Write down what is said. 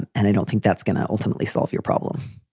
and i don't think that's going to ultimately solve your problem.